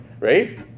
right